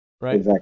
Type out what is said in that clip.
Right